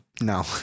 No